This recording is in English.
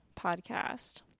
podcast